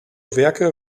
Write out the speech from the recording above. werke